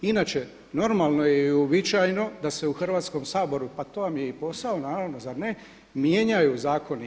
Inače, normalno je i uobičajeno da se u Hrvatskom saboru, pa to vam je i posao, naravno zar ne, mijenjaju zakoni.